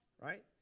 right